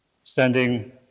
standing